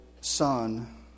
Son